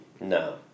No